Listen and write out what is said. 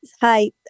hi